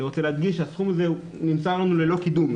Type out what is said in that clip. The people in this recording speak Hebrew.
אני רוצה להדגיש שהסכום הזה נמסר לנו ללא קידום,